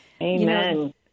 Amen